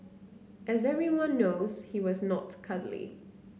as everyone knows he was not cuddly